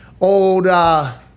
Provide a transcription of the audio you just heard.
old